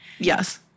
Yes